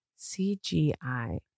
CGI